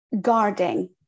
guarding